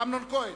אמנון כהן: